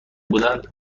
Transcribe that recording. بودن